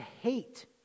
hate